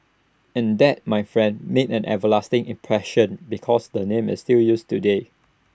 and that my friend made an everlasting impression because the name is still used today